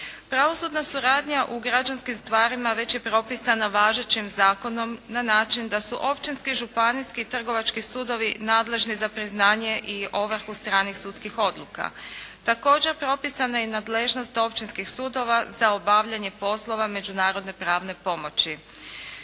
Pravosudna suradnja u građanskim stvarima već je propisana važećim zakonom na način da su općinski i županijski trgovački sudovi nadležni za priznanje i ovrhu stranih sudskih odluka. Također propisana je i nadležnost općinskih sudova za obavljanje poslova međunarodne pravne pomoći.